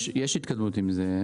יש התקדמות עם זה,